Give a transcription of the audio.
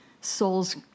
souls